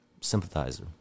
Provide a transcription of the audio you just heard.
sympathizer